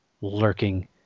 lurking